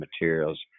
materials